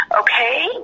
Okay